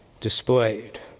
displayed